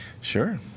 Sure